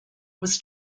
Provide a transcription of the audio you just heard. was